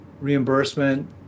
reimbursement